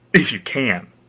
if you can.